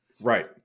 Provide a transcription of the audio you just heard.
Right